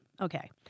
Okay